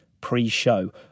pre-show